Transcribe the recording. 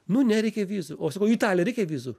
nu ne reikia vizų o sakau į italiją reikia vizų